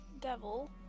devil